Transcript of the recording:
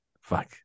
Fuck